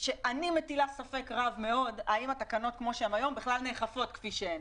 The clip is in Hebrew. אני מטילה ספק רב מאוד האם התקנות היום בכלל נאכפות כפי שהן.